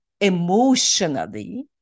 emotionally